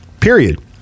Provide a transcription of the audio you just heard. Period